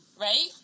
Right